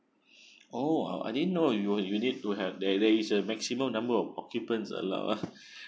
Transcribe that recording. oh I didn't know you you need to have that there is a maximum number of occupants allowed ah